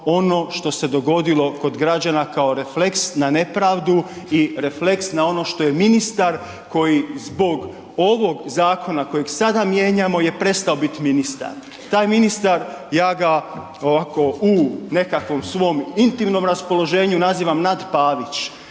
ono što se dogodilo kod građana kao refleks na nepravdu i refleks na ono što je ministar koji zbog ovog zakona koji sada mijenjamo je prestao biti ministar. Taj ministar, ja ga ovako u nekakvom svom intimnom raspoloženju nazivam nad Pavić